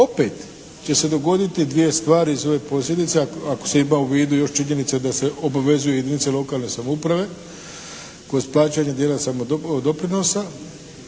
opet će se dogoditi dvije stvari iz ovih posljedica, ako se ima u vidu još činjenica da se obavezuje jedinice lokalne samouprave kroz plaćanja dijela samodoprinosa